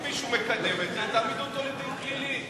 אם מישהו מקדם את זה, תעמידו אותו לדין פלילי.